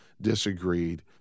disagreed